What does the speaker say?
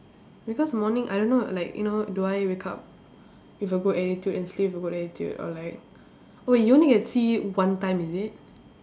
because morning I don't know like you know do I wake up with a good attitude and sleep with a good attitude or like wait you only can see one time is it